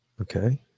Okay